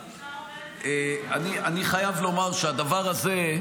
אני חייב לומר שהדבר הזה,